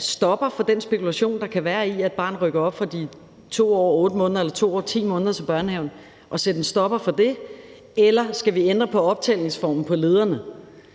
stopper for den spekulation, der kan være, i, at man rykker et barn op til børnehave, når de 2 år og 8 måneder i stedet for 2 år og 10 måneder? Skal vi sætte en stopper for det, eller skal vi ændre på optællingsformen i forhold